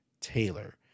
Taylor